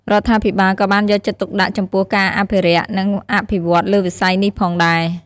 រដ្ឋាភិបាលក៏បានយកចិត្តទុកដាក់ចំពោះការអភិរក្ស និងអភិវឌ្ឍន៍លើវិស័យនេះផងដែរ។